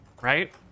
right